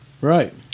Right